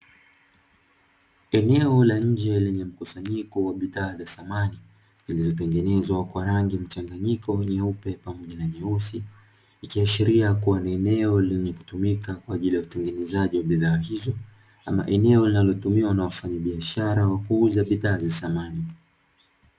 Eneo la nje lenye mkusanyiko wa bidhaa za samani, zilizotengenezwa kwa rangi mchanganyiko nyeupe pamoja na na nyeusi. Ikiashiria kuwa ni eneo linalotumika kwa ajili utengenezaji wa bidhaa hizo, ama ni eneo litumikalo na wafanyabiashara wa bidhaa za samani.